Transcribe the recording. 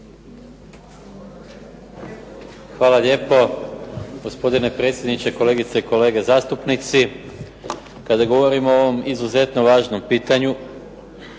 Hvala lijepo. Gospodin predsjedniče, kolegice i kolege zastupnici. Kada govorimo o ovom izuzetno važnom pitanju